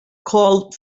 called